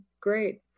Great